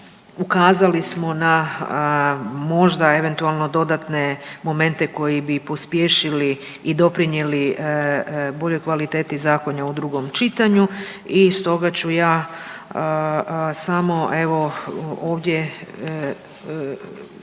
ukazali smo na možda eventualno dodatne momente koji bi pospješili i doprinijeli boljoj kvaliteti zakona u drugom čitanju. I stoga ću ja samo evo